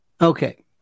Okay